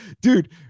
dude